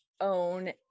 own